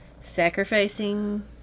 Sacrificing